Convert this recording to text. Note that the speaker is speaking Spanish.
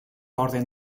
orden